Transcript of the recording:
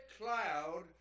cloud